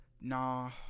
Nah